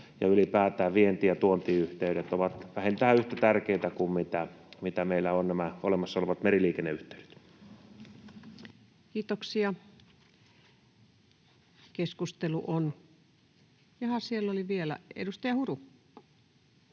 ylipäätään vienti- ja tuontiyhteydet ovat meille vähintään yhtä tärkeitä kuin nämä olemassa olevat meriliikenneyhteydet. Kiitoksia. — Siellä oli vielä edustaja Huru.